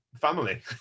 family